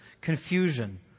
confusion